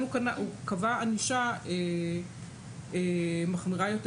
ולכן הוא קבע ענישה מחמירה יותר.